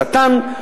הרט"ן,